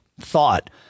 thought